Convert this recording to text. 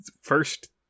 first